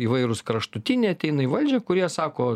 įvairūs kraštutiniai ateina į valdžią kurie sako